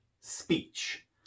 speech